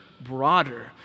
broader